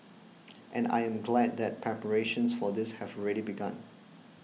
and I am glad that preparations for this have already begun